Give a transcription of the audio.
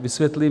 Vysvětlím.